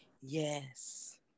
Yes